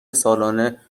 سالانه